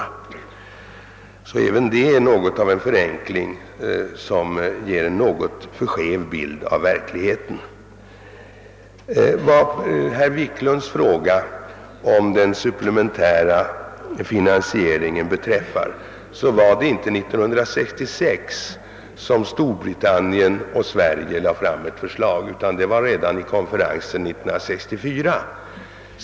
Där för är även detta något av en förenkling, som ger en lätt skev bild av verkligheten; Vad herr Wiklunds i Stockholm fråga om den supplementära finansieringen beträffar var det inte år 1966 som Storbritannien och Sverige lade fram ett förslag, utan det skedde redan vid konferensen år 1964.